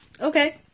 Okay